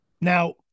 Now